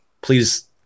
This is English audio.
please